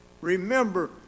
Remember